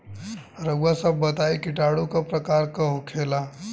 रउआ सभ बताई किटाणु क प्रकार के होखेला?